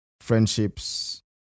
friendships